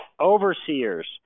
Overseers